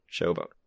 showboat